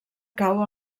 cau